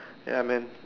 ya man